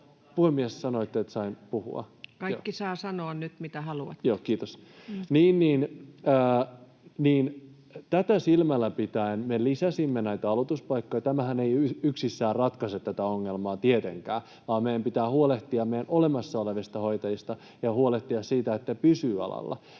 Puhemies, sanoitte, että saan puhua. Kiitos. — Tätä silmällä pitäen me lisäsimme näitä aloituspaikkoja. Tämähän ei yksistään ratkaise tätä ongelmaa, tietenkään, vaan meidän pitää huolehtia meidän olemassa olevista hoitajistamme ja huolehtia siitä, että he pysyvät alalla,